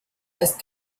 ist